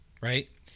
Right